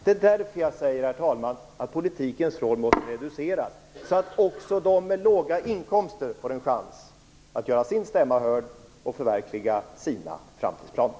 Det är därför jag säger att politikens roll måste reduceras så att också de med låga inkomster får en chans att göra sin stämma hörd och förverkliga sina framtidsplaner.